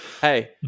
Hey